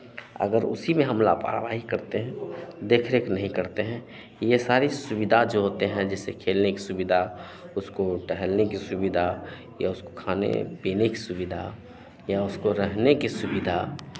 अगर उसी में हम लापरवाही करते हैं देखरेख नहीं करते है ये सारी सुविधा जो होते हैं जैसे खेलने की सुविधा उसको टहलने की सुविधा या उसको खाने पीने की सुविधा या उसको रहने की सुविधा